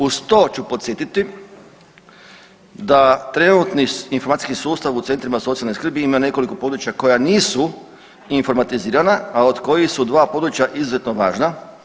Uz to ću podsjetiti da trenutni informacijski sustav u centrima socijalne skrbi ima nekoliko područja koja nisu informatizirana, a od kojih su dva područja izuzetno važna.